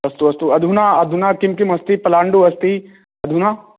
अस्तु अस्तु अधुना अधुना किं किम् अस्ति पलाण्डुः अस्ति अधुना